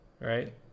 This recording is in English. right